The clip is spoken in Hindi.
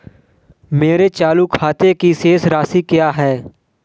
मेरे चालू खाते की शेष राशि क्या है?